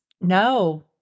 No